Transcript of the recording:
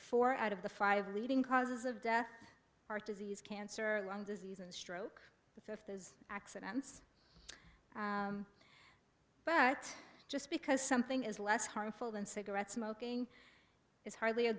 four out of the five leading causes of death heart disease cancer lung disease and stroke but if those accidents but just because something is less harmful than cigarette smoking is hardly a